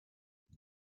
why